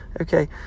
Okay